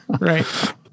Right